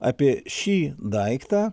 apie šį daiktą